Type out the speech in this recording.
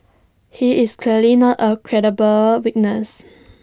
he is clearly not A credible witness